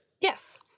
yes